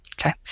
Okay